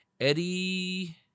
Eddie